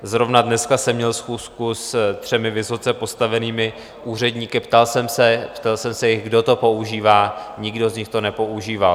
Zrovna dneska jsem měl schůzku se třemi vysoce postavenými úředníky, ptal jsem se jich, kdo to používá nikdo z nich to nepoužívá.